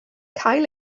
cael